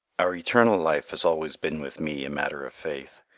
our eternal life has always been with me a matter of faith.